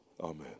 amen